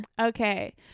okay